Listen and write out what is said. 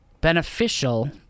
beneficial